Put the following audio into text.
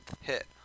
hit